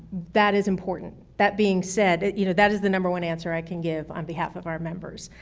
that is important. that being said, that you know that is the number one answer i can give on behalf of our members.